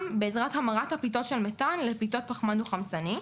בעזרת המרת הפליטות של מתאן לפליטות פחמן דו-חמצני.